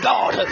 God